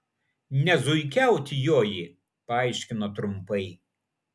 ne zuikiaut joji paaiškino trumpai